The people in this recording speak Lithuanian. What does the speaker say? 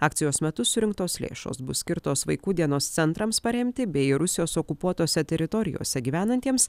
akcijos metu surinktos lėšos bus skirtos vaikų dienos centrams paremti bei rusijos okupuotose teritorijose gyvenantiems